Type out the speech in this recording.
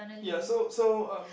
ya so so um